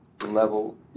level